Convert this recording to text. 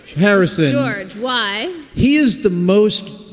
harrison. george why? he is the most.